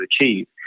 achieve